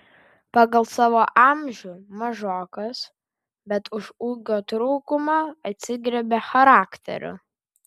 pagal savo amžių mažokas bet už ūgio trūkumą atsigriebia charakteriu